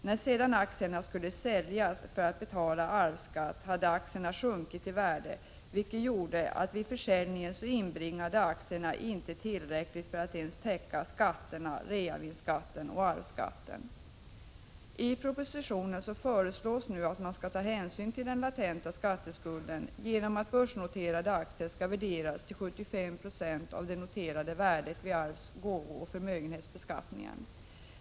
När sedan aktierna skulle säljas för att betala arvsskatt hade aktierna sjunkit i värde, vilket gjorde att vid försäljningen inbringade aktierna inte tillräckligt för att ens täcka reavinstskatt och arvsskatt. I propositionen föreslås nu att man skall ta hänsyn till den latenta skatteskulden genom att börsnoterade aktier skall värderas till 75 96 av det noterade värdet vid arvs-, gåvooch förmögenhetsbeskattningen.